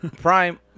Prime